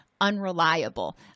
unreliable